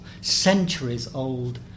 centuries-old